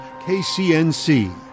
KCNC